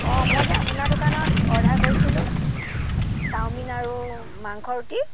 অঁ মই যে আপোনাৰ দোকানত অৰ্ডাৰ কৰিছিলোঁ চাওমিন আৰু মাংস ৰুটি